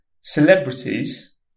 celebrities